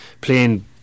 playing